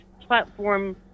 platform